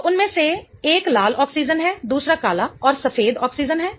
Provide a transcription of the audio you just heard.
तो उनमें से एक लाल ऑक्सीजन है दूसरा काला और सफेद ऑक्सीजन है